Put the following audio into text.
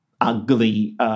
ugly